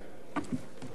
בנימין נתניהו,